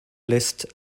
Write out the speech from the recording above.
list